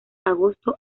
agosto